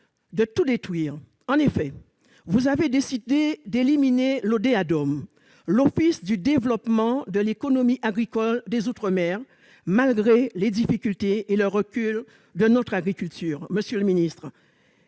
de tout détruire. En effet, vous avez décidé d'éliminer l'Office de développement de l'économie agricole d'outre-mer, l'Odéadom, malgré les difficultés et le recul de notre agriculture. Monsieur le ministre,